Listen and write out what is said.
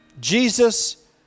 Jesus